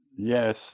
Yes